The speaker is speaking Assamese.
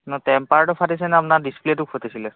টেম্পাৰটো ফাটিছে নে আপোনাৰ ডিছপ্লেটো ফুটিছিলে